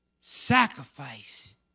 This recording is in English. sacrifice